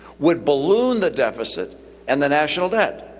would balloon the deficit and the national debt.